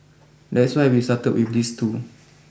that's why we started with these two